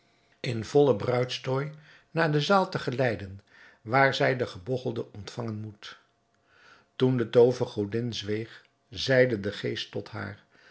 in vollen bruidstooi naar de zaal te geleiden waar zij den gebogchelde ontvangen moet toen de toovergodin zweeg zeide de geest tot haar